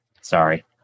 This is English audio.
Sorry